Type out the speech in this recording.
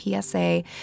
PSA